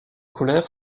colère